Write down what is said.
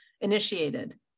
initiated